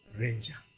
ranger